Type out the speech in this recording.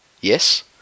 yes